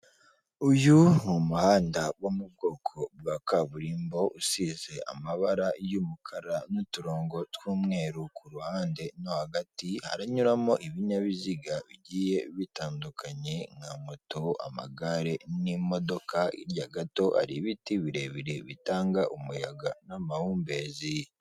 Uyu ni umuhanda wo mu bwoko bwa kaburimbo usize amabara y'umukara n'uturongo tw'umweru ku ruhande no hagati, haranyuramo ibinyabiziga bigiye bitandukanye nka moto, amagare n'imodoka, hirya gato hari ibiti birebire bitanga umuyaga n'amahumbezi.